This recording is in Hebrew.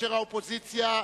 כאשר האופוזיציה,